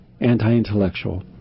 anti-intellectual